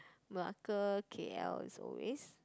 Malacca K_L is always